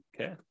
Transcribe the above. Okay